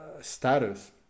status